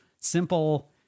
Simple